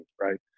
right